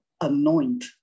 anoint